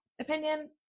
opinion